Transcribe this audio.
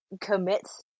commits